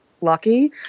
lucky